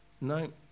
No